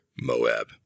Moab